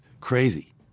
crazy